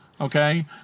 okay